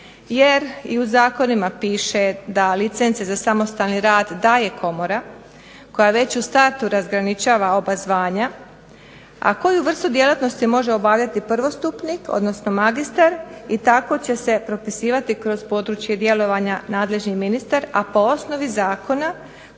jer i u zakonima piše da licence za samostalni rad daje komora, koja već u startu razgraničava oba zvanja, a koju vrstu djelatnosti može obavljati prvostupnik, odnosno magistar, i tako će se propisivati kroz područje djelovanja nadležni ministar, a po osnovi zakona